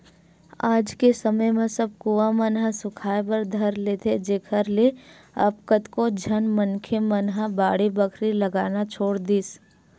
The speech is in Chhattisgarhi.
आज के समे म सब कुँआ मन ह सुखाय बर धर लेथे जेखर ले अब कतको झन मनखे मन ह बाड़ी बखरी लगाना छोड़ दिस